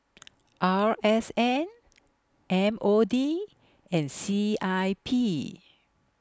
R S N M O D and C I P